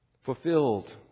fulfilled